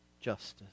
justice